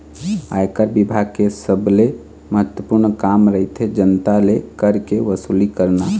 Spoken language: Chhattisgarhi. आयकर बिभाग के सबले महत्वपूर्न काम रहिथे जनता ले कर के वसूली करना